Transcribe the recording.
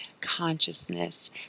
consciousness